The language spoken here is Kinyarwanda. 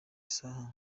saha